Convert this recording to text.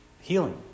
healing